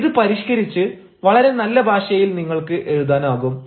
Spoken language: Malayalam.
ഇത് പരിഷ്കരിച്ച് വളരെ നല്ല ഭാഷയിൽ നിങ്ങൾക്ക് എഴുതാനാകും